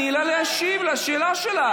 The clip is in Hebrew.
אבל תני לה להשיב על השאלה שלך.